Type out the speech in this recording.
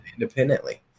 independently